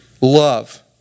love